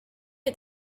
est